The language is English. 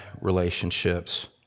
relationships